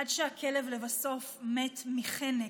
עד שהכלב לבסוף מת מחנק.